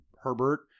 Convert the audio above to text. Herbert